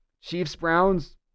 Chiefs-Browns